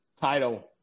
title